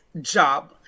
job